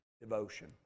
devotion